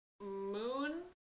moon